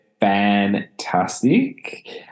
fantastic